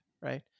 right